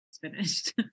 finished